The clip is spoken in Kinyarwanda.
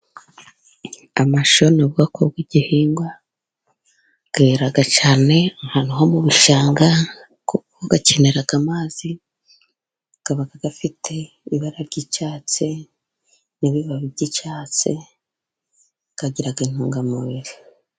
Amashu ni bwoko bw'ibihingwa bweraga cyane ahantu ho mu bishanga kuko akenera amazi, akaba gafite ibara ry'icyatsi n'ibibabi by'icyatsi agira intungamubiri.